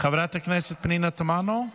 חברת הכנסת פנינה תמנו,